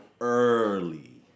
Early